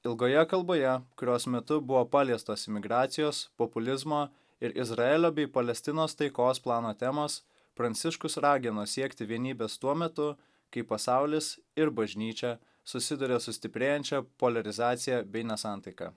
ilgoje kalboje kurios metu buvo paliestos emigracijos populizmo ir izraelio bei palestinos taikos plano temos pranciškus ragino siekti vienybės tuo metu kai pasaulis ir bažnyčia susiduria su stiprėjančia poliarizacija bei nesantaika